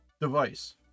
device